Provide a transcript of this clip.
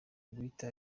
guhita